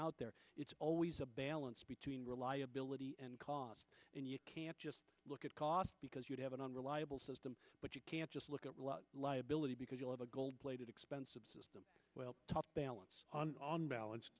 out there it's always a balance between reliability and cost and you can't just look at cost because you have an unreliable system but you can't just look at liability because you'll have a gold plated expensive system top balance on